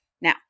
Now